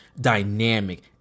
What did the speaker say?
dynamic